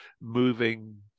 moving